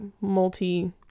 multi-